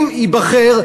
אם ייבחר,